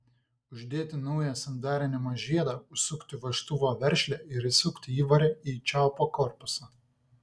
uždėti naują sandarinimo žiedą užsukti vožtuvo veržlę ir įsukti įvorę į čiaupo korpusą